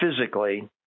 physically